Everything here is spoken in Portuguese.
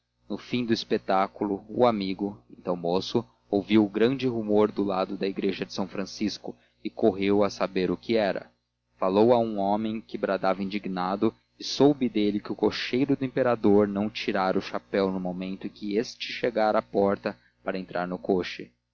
no fim do espetáculo o amigo então moço ouviu grande rumor do lado da igreja de são francisco e correu a saber o que era falou a um homem que bradava indignado e soube dele que o cocheiro do imperador não tirara o chapéu no momento em que este chegara à porta para entrar no coche